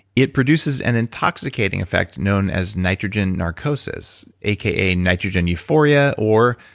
it produces an intoxicating effect known as nitrogen narcosis, a k a. nitrogen euphoria or,